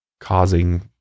causing